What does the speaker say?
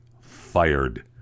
fired